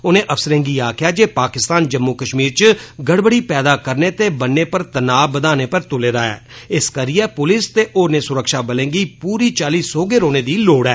उनें अफसरें गी आखेआ जे पाकिस्तान जम्मू कष्मीर च गड़बड़ी पैदा करने ते बन्ने पर तनाऽ बधाने पर तुले दा ऐ ते इसकरियै पुलस ते होरनें सुरक्षाबलें गी पूरी चाल्ली सोह्गे रौह्ने दी लोड़ ऐ